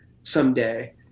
someday